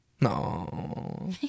No